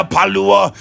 Palua